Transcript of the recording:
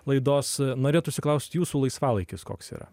laidos norėtųsi klaust jūsų laisvalaikis koks yra